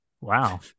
Wow